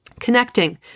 connecting